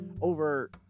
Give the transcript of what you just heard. over